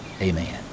Amen